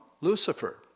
Lucifer